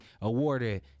awarded